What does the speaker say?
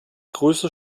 große